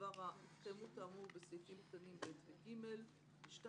בדבר התקיימות האמור בסעיפים קטנים (ב) ו-(ג); (2)